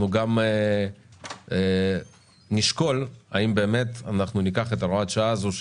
אנחנו גם נשקול האם באמת ניקח את הוראת השעה הזו,,